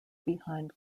behind